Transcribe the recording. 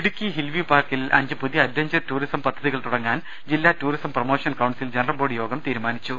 Idukki hill view പാർക്കിൽ അഞ്ച് പുതിയ അഡ്വഞ്ചർ ടൂറിസം പദ്ധതികൾ തുടങ്ങാൻ ജില്ലാ ടൂറിസം പ്രൊമോഷൻ കൌൺസിൽ ജനറൽബോഡി യോഗം തീരുമാനിച്ചു